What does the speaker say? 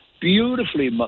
beautifully